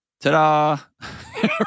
Ta-da